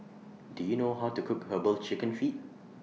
Do YOU know How to Cook Herbal Chicken Feet